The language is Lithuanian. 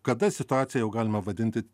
kada situaciją jau galima vadinti